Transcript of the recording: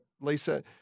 lisa